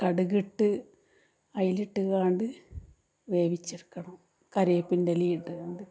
കടുകിട്ട് അതിലിട്ടങ്ങാണ്ട് വേവിച്ചെടുക്കണം കരിവേപ്പിൻ്റെ ഇലയും ഇടണം